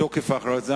תוקף ההכרזה